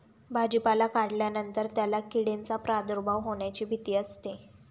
भाजीपाला काढल्यानंतर त्याला किडींचा प्रादुर्भाव होण्याची भीती असते